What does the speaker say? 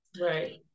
Right